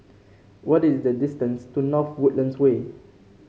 what is the distance to North Woodlands Way